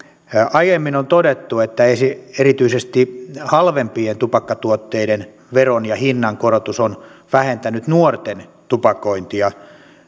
aiemmin on todettu että erityisesti halvempien tupakkatuotteiden veron ja hinnankorotus on vähentänyt nuorten tupakointia